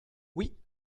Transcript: oui